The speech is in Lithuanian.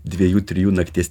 dviejų trijų nakties